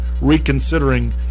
reconsidering